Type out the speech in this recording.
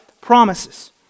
promises